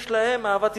יש להם אהבת ישראל.